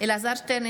אלעזר שטרן,